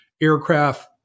aircraft